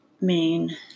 main